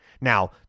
Now